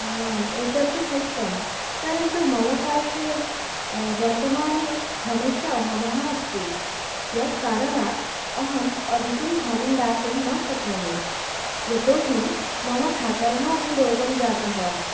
आम् एतत् तु सत्यं परन्तु मम पार्श्वे वर्तमाने धनस्य अभावः अस्ति यत् कारणात् अहम् अधिकं धनं दातुं न शक्नोमि यतोहि मम भ्रातरः अपि रोगी जातः